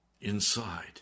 inside